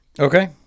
okay